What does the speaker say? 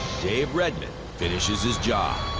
dave redmon finishes his job.